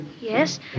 Yes